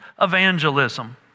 evangelism